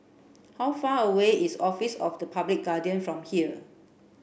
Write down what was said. how far away is Office of the Public Guardian from here